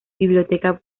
biblioteca